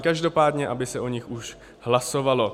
Každopádně aby se o nich už hlasovalo.